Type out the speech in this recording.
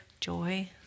joy